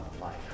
life